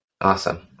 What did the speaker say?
Awesome